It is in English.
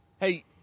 Hey